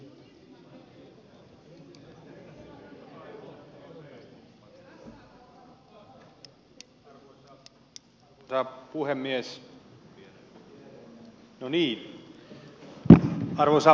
arvoisa puhemies